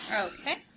Okay